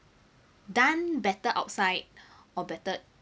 done better outside or better